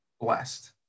blessed